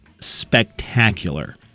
spectacular